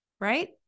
Right